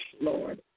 Lord